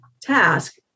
task